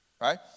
right